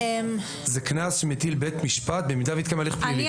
זה קנס שמטיל בית משפט במידה והתקיים הליך פלילי.